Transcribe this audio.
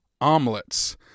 omelets